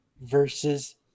versus